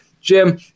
Jim